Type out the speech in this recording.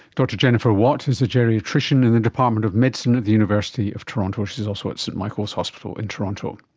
dr jennifer watt is a geriatrician in the department of medicine at the university of toronto. she is also at st michael's hospital in toronto.